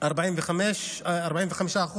45%